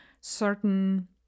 certain